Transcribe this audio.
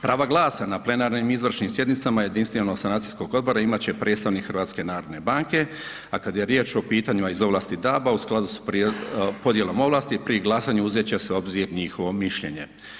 Prava glasa na plenarnim izvršnim sjednicama jedinstvenog sanacijskog odbora imat će predstavnik HNB-a, a kad je riječ o pitanjima iz ovlasti DAB-a u skladu s podjelom ovlasti pri glasanju uzet će se u obzir njihovo mišljenje.